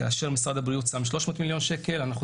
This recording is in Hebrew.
כאשר משרד הבריאות שם 300 מיליון שקל ואנחנו